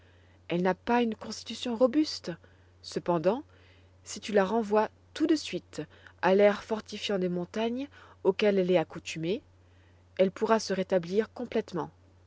elle n'a pas une constitution robuste cependant si tu la renvoies tout de suite à l'air fortifiant des montagnes auquel elle est accoutumée elle pourra se rétablir complètement